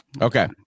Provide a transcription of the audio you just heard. Okay